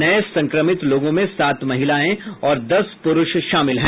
नये संक्रमित लोगों में सात महिलाएं और दस प्रुष शामिल हैं